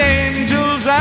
angels